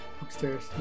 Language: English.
Upstairs